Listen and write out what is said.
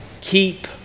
keep